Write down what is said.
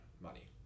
money